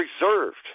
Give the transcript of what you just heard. reserved